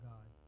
God